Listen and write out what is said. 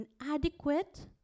Inadequate